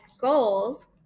goals